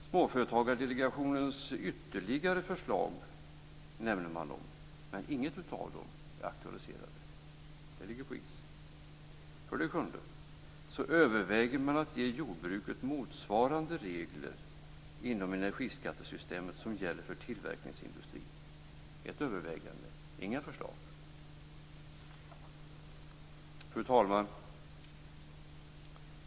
Småföretagsdelegationens ytterligare förslag nämner man men inget av dem är aktualiserat. Det ligger på is. För det sjunde: Man överväger att ge jordbruket motsvarande regler inom energiskattesystemet som gäller för tillverkningsindustrin - ett övervägande men inga förslag. Fru talman!